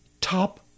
top